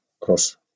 cross